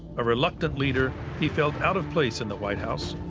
a reluctant leader, he felt out of place in the white house.